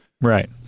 right